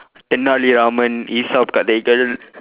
thenali raman கதைகள்:kathaigal